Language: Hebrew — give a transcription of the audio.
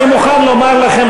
אני מוכן לומר לכם,